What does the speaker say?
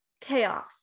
chaos